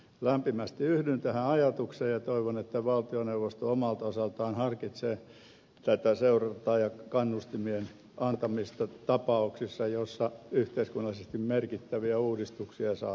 lämpimästi yhdyn tähän ajatukseen ja toivon että valtioneuvosto omalta osaltaan harkitsee että tätä seurataan ja kannustimia annetaan tapauksissa joissa yhteiskunnallisesti merkittäviä uudistuksia saadaan aikaan